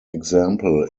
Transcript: example